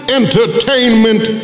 entertainment